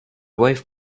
wife